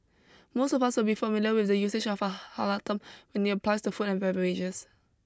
most of us will be familiar with the usage of a halal term when it applies to food and beverages